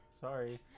sorry